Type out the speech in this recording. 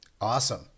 Awesome